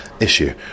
issue